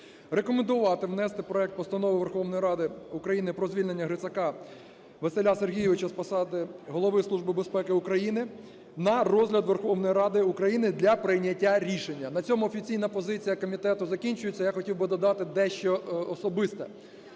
рекомендувати внести проект Постанови Верховної Ради України про звільнення Грицака Василя Сергійовича з посади Голови Служби безпеки України на розгляд Верховної Ради України для прийняття рішення. На цьому офіційна позиція комітету закінчується. Я хотів би додати дещо особисте.